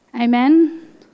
Amen